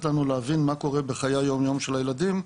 לנו להבין מה קורה בחיי היומיום של הילדים,